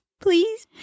please